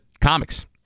comics